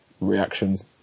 reactions